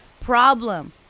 problem